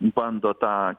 bando tą